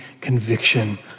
conviction